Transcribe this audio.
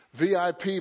VIP